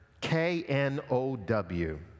K-N-O-W